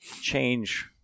change